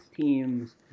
teams